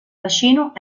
bacino